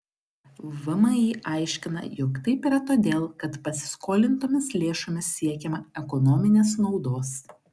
vmi aiškina jog taip yra todėl kad pasiskolintomis lėšomis siekiama ekonominės naudos